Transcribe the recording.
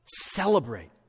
celebrate